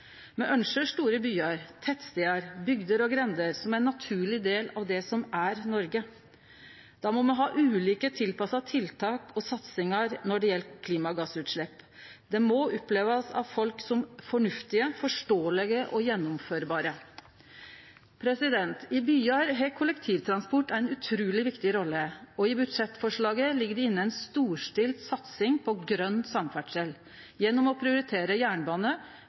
Me ønskjer store byar, tettstader, bygder og grender som ein naturleg del av det som er Noreg. Då må me ha ulike tilpassa tiltak og satsingar når det gjeld klimagassutslepp. Dei må opplevast av folk som fornuftige, forståelege og gjennomførbare. I byar har kollektivtransport ei utruleg viktig rolle, og i budsjettforslaget ligg det inne ei storstilt satsing på grøn samferdsel gjennom å prioritere jernbane,